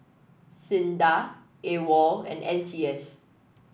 sINDA AWOL and N C S